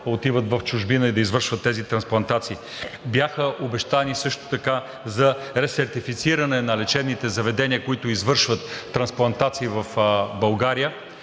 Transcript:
отиват в чужбина и да извършват тези трансплантации. Бяха обещани също така за ресертифициране на лечебните заведения, които извършват трансплантации в България,